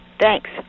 thanks